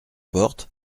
porte